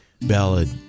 ballad